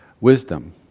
wisdom